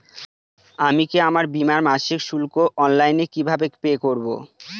আমি কি আমার বীমার মাসিক শুল্ক অনলাইনে কিভাবে পে করব?